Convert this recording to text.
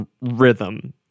rhythm